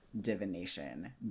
divination